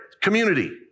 community